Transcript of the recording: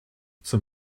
zum